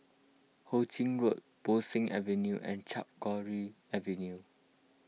Ho Ching Road Bo Seng Avenue and Camphor Avenue